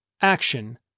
Action